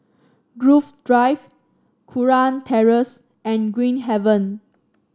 Grove Drive Kurau Terrace and Green Haven